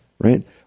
Right